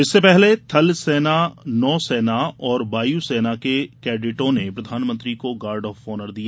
इससे पहले थलसेना नौसेना और वायुसेना के कैडटों ने प्रधानमंत्री को गार्ड ऑफ ऑनर दिया